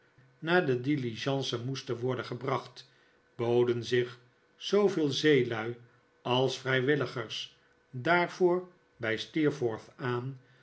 naar de diligence moesten worden gebracht boden zich zooveel zeehr als vrijwilligers daarvoor bij steerforth aan